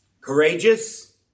Courageous